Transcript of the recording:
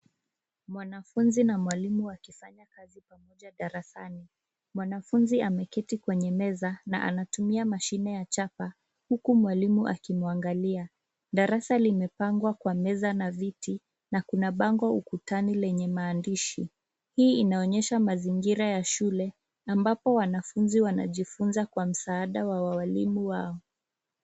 Mwanafunzi na mwalimu wakifanya kazi pamoja darasani mwanafunzi ameketi kwenye meza na anatumia mashine ya chapa huku mwalimu akimwaangalia darasa limepangwa kwa meza na viti na kuna bango ukutani lenye maandishi, hii inaonyesha mazingira ya shule ambapo wanafunzi wanajifunza kwa msaada wa walimu wao.